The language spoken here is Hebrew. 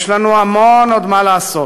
יש לנו עוד המון עוד מה לעשות,